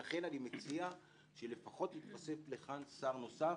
לכן אני מציע שלפחות יתוסף לכאן שר נוסף,